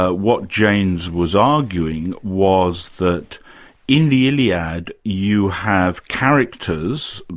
ah what jaynes was arguing was that in the iliad you have characters,